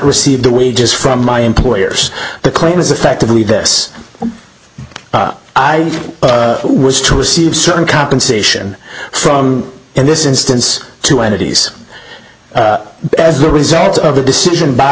receive the wages from my employers the claim is effectively this i was to receive certain compensation from in this instance two entities as a result of the decision by